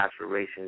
aspirations